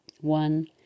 one